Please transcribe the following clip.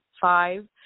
five